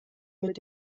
mit